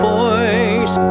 voice